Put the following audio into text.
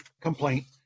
complaint